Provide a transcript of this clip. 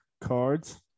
cards